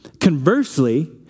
Conversely